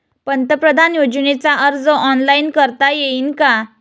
पंतप्रधान योजनेचा अर्ज ऑनलाईन करता येईन का?